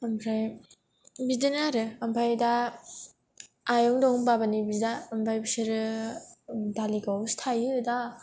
ओमफ्राय बिदिनो आरो ओमफ्राय दा आयं दं बाबानि बिदा ओमफ्राय बिसोरो दालिगाव आवसो थायो दा